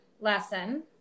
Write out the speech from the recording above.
lesson